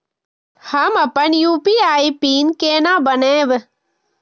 हम अपन UPI pin केना बनैब?